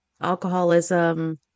alcoholism